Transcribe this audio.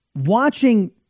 watching